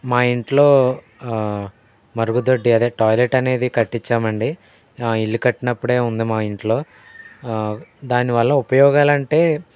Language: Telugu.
మా ఇంట్లో మరుగుదొడ్డి అదే టాయిలెట్ అనేది కట్టించామండి ఇల్లు కట్టినప్పుడే ఉంది మా ఇంట్లో దాని వల్ల ఉపయోగాలు అంటే